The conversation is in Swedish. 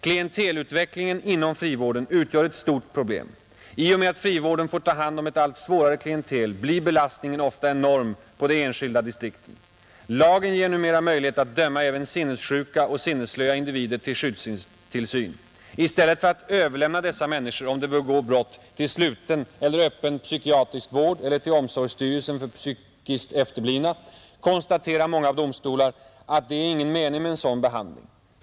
Klientelutvecklingen inom frivården utgör ett stort problem. I och med att frivården får ta hand om ett allt svårare klientel blir belastningen ofta enorm på de enskilda distrikten. Lagen ger numera möjlighet att döma även sinnessjuka och sinnesslöa individer till skyddstillsyn. I stället för att överlämna dessa människor — om de begår brott — till sluten eller öppen psykiatrisk vård eller till omsorgsstyrelsen för psykiskt efterblivna konstaterar många domstolar att det är ingen mening med en sådan behandling.